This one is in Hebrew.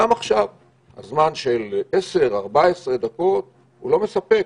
זמן של 10, 14 דקות לא מספק.